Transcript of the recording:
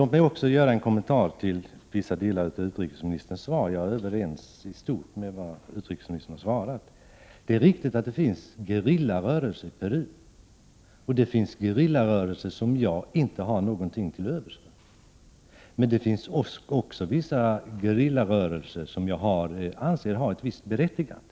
Låt mig också göra en kommentar till vissa delar av utrikesministerns svar. Jag håller i stort sett med om det som utrikesministern sagt i svaret. Det är riktigt att det finns gerillarörelser i Peru. Det finns gerillarörelser som jag inte har något till övers för, men det finns också vissa gerillarörelser som jag anser ha ett visst berättigande.